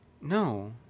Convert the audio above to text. No